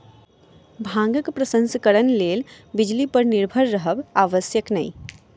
भांगक प्रसंस्करणक लेल बिजली पर निर्भर रहब आवश्यक नै